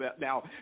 Now